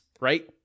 right